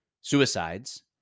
suicides